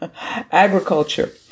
agriculture